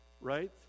Right